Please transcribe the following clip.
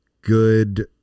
good